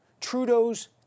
Trudeau's